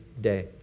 day